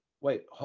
wait